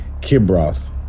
Kibroth